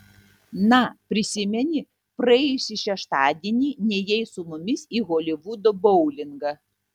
na prisimeni praėjusį šeštadienį nėjai su mumis į holivudo boulingą